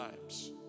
times